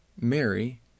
Mary